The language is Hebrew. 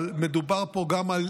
אבל מדובר פה גם על